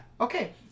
Okay